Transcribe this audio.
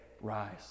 rise